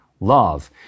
love